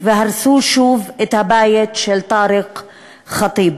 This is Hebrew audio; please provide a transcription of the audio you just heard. והרסו שוב את הבית של טארק ח'טיב,